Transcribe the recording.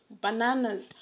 bananas